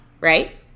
right